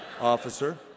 officer